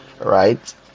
right